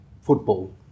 football